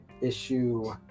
issue